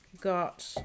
got